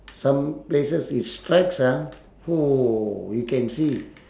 some places it strikes ah !woo! you can see